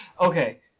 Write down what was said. okay